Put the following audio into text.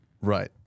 right